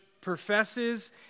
professes